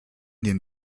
den